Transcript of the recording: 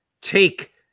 take